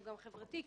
כי